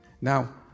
Now